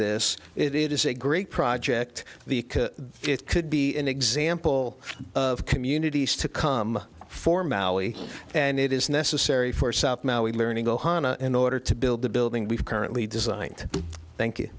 it is a great project it could be an example of communities to come for maui and it is necessary for south maui learning ohana in order to build the building we've currently designed thank you